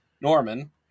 Norman